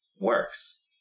works